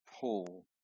Paul